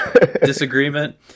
disagreement